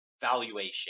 valuation